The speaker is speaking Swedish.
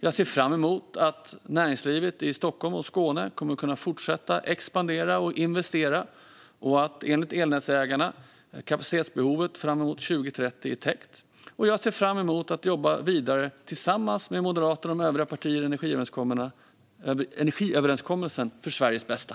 Jag ser fram emot att näringslivet i Stockholm och Skåne kommer att kunna fortsätta expandera och investera och att enligt elnätsägarna kapacitetsbehovet framemot 2030 är täckt. Jag ser fram emot att jobba vidare tillsammans med Moderaterna och de övriga partierna i energiöverenskommelsen för Sveriges bästa.